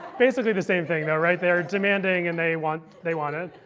basically the same thing though, right? they are demanding, and they want they want it.